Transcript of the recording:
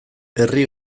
herri